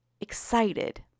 excited